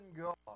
God